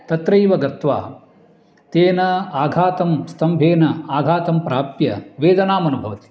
तत्रैव गत्वा तेन आघातं स्तम्भेन आघातं प्राप्य वेदनाम् अनुभवति